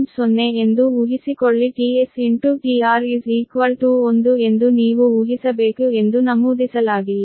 0 ಎಂದು ಊಹಿಸಿಕೊಳ್ಳಿ tS tR 1 ಎಂದು ನೀವು ಊಹಿಸಬೇಕು ಎಂದು ನಮೂದಿಸಲಾಗಿಲ್ಲ